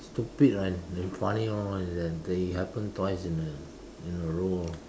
stupid and and funny lor is uh that it happen twice in a in a row orh